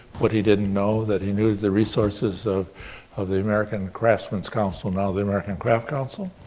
but he didn't know, that he knew the resources of of the american craftsman council, now the american crafts council,